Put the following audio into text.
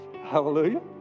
Hallelujah